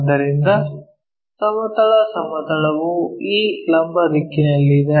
ಆದ್ದರಿಂದ ಸಮತಲ ಸಮತಲವು ಈ ಲಂಬ ದಿಕ್ಕಿನಲ್ಲಿದೆ